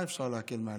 מה אפשר להקל מעליך?